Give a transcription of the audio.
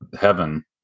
heaven